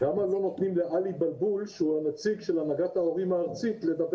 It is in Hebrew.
לדבר לעלי בולבול שהוא נציג הנהגת ההורים הארצית?